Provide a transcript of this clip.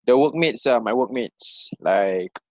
the workmates ah my workmates like